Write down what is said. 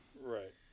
Right